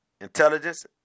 intelligence